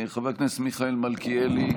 חבר הכנסת מיכאל מלכיאלי,